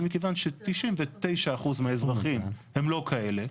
אבל מכיוון ש-99% מהאזרחים הם לא כאלה,